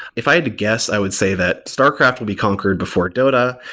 if i had to guess, i would say that starcraft will be conquered before dota,